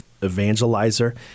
evangelizer